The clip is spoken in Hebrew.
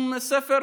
לו,